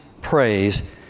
praise